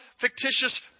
fictitious